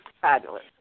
fabulous